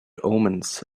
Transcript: omens